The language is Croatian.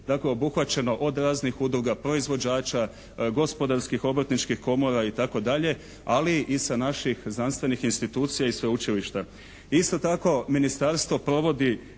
obuhvaćeno od raznih udruga, proizvođača, gospodarskih, obrtničkih komora itd. ali i sa naših znanstvenih institucija i sveučilišta. Isto tako, ministarstvo provodi